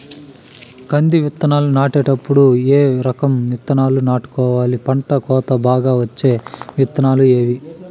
కంది విత్తనాలు నాటేటప్పుడు ఏ రకం విత్తనాలు నాటుకోవాలి, పంట కోత బాగా వచ్చే విత్తనాలు ఏవీ?